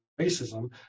racism